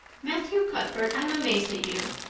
matthew cuthbert, i'm amazed at you.